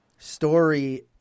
Story